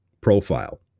profile